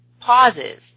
pauses